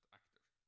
actors